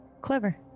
Clever